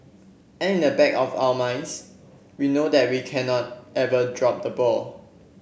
and in the back of our minds we know that we cannot ever drop the ball